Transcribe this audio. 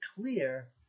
clear